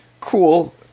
cool